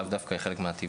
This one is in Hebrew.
והיא לאו דווקא חלק מהתיווך.